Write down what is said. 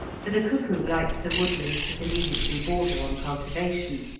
for the cuckoo likes the woodlands that immediately border on cultivation.